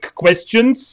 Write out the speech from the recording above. questions